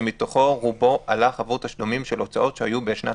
שמתוכו רובו הלך עבור תשלומים של הוצאות שהיו בשנת